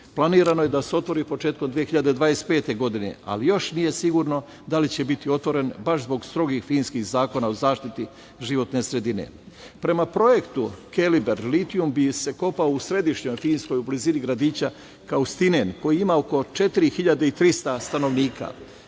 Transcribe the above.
Planirano je da se otvori početkom 2025. godine, ali još nije sigurno da li će biti otvoren baš zbog strogih finskih zakona o zaštiti životne sredine. Prema projektu „Keliber“ litijum bi se kopao u središnjoj Finskoj u blizini gradića Kaustinen, koji ima oko 4.300 stanovnika.